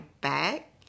back